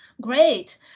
Great